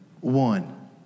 one